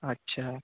আচ্ছা